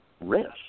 risk